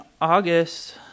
August